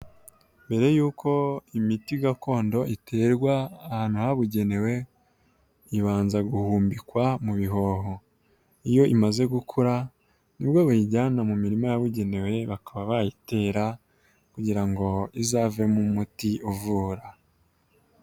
Mbere yuko imiti gakondo iterwa ahantu habugenewe, ibanza guhumbikwa mu bihoho. Iyo imaze gukura ni bwo bayijyana mu mirima yabugenewe, bakaba bayitera kugira ngo izavemo umuti uvura.